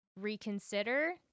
reconsider